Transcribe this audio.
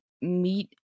meet